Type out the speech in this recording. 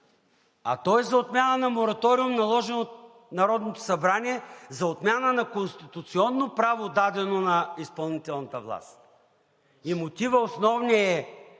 а то е за отмяна на мораториум, наложен от Народното събрание за отмяна на конституционно право, дадено на изпълнителната власт. И основният